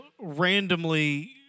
randomly